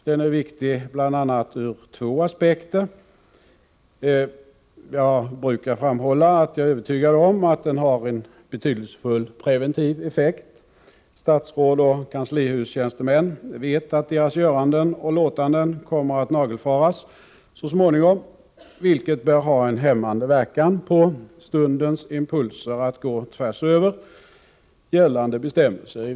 Den är viktig ur bl.a. två aspekter. Jag brukar framhålla att jag är övertygad om att den har en betydelsefull preventiv effekt. Statsråd och kanslihustjänstemän vet att deras göranden och låtanden kommer att nagelfaras så småningom, vilket bör ha en hämmande verkan på stundens impulser att i viktiga frågor gå förbi gällande bestämmelser.